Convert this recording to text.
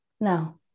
now